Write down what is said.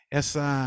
essa